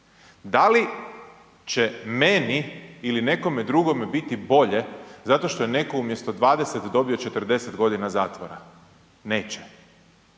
Da li će meni ili nekome drugome biti bolje zato što je netko umjesto 20 dobio 40 godina zatvora, neće.